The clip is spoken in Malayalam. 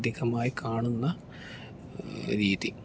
അധികമായി കാണുന്ന രീതി